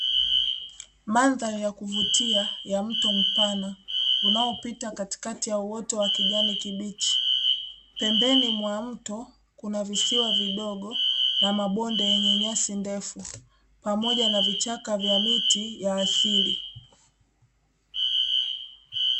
Mandhari ya kuvutia ya mto mpana, unaopita katikati ya uoto wa kijani kibichi. Pembeni mwa mto kuna visiwa vidogo, na mabonde yenye nyasi ndefu, pamoja na vichaka vya miti ya asili.